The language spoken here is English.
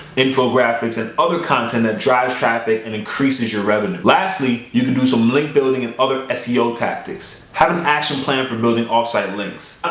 info graphics and other content that drives traffic and increases your revenue. lastly, you can do some link building and some other ah seo tactics. have an action plan for building off-site links.